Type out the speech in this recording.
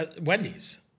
Wendy's